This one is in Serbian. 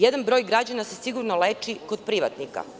Jedan broj građana se sigurno leči kod privatnika.